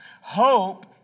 Hope